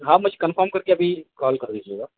हाँ बस कन्फर्म करके अभी कॉल कर दीजिएगा